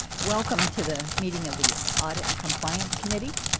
welcome to the meeting of the audit and compliance committee.